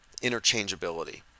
interchangeability